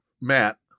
Matt